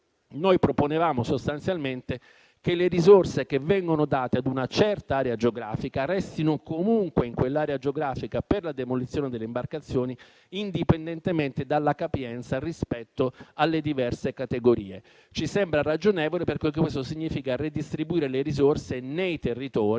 Noi proponevamo sostanzialmente che le risorse che vengono date a una certa area geografica restino comunque in quell'area geografica per la demolizione delle imbarcazioni, indipendentemente dalla capienza rispetto alle diverse categorie. Questo ci sembra ragionevole, perché significa ridistribuire le risorse nei territori